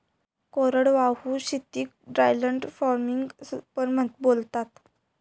कोरडवाहू शेतीक dryland farming पण बोलतात